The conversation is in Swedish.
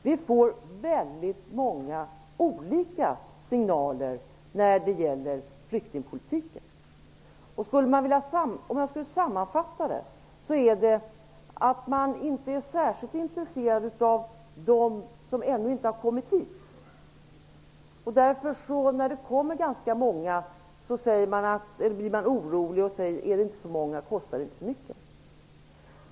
Vi får väldigt många olika signaler när det gäller flyktingpolitiken. Om jag skall sammanfatta dem är det så att man inte är särskilt intresserad av dem som ännu inte har kommit hit. När det kommer ganska många hit blir man orolig och undrar: Är det inte för många? Kostar det inte för mycket?